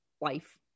life